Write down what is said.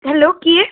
hello କିଏ